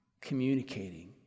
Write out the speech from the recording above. communicating